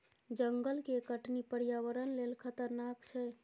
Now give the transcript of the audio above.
जंगल के कटनी पर्यावरण लेल खतरनाक छै